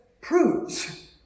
proves